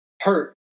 hurt